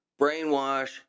brainwash